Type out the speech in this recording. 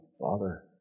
Father